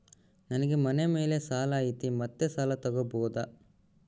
ನನಗೆ ಮನೆ ಮೇಲೆ ಸಾಲ ಐತಿ ಮತ್ತೆ ಸಾಲ ತಗಬೋದ?